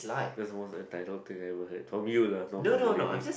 that's the most entitled thing I ever heard from you lah not from the lady